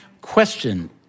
Question